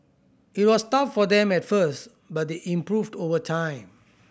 it was tough for them at first but they improved over time